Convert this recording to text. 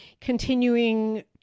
continuing